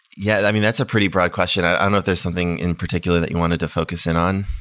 yeah, i mean, that's a pretty broad question. i don't know if there's something in particular that you wanted to focus in on.